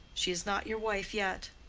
she is not your wife yet.